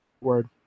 Word